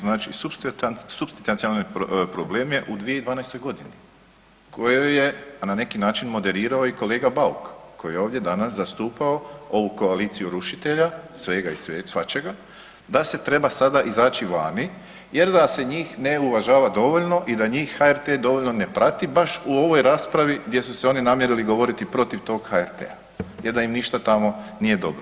Znači supstancijalni problem je u 2012. g. u kojoj je na neki način moderirao i kolega Bauk koji je ovdje zastupao danas zastupao ovu koaliciju rušitelja svega i svačega da se treba sada izaći vani jer da se njih ne uvažava dovoljno i da njih HRT dovoljno ne prati baš u ovoj raspravi gdje su se oni namjerili govoriti protiv tog HRT-a jer da im ništa tamo nije dobro.